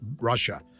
russia